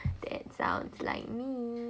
that sounds like me